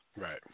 Right